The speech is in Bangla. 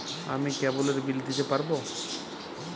আমি কেবলের বিল দিতে পারবো?